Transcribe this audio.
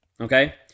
okay